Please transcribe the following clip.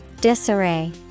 Disarray